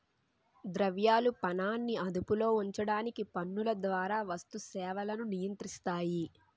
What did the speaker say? ద్రవ్యాలు పనాన్ని అదుపులో ఉంచడానికి పన్నుల ద్వారా వస్తు సేవలను నియంత్రిస్తాయి